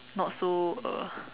not so uh